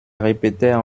répétaient